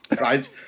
right